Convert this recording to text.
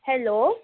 hello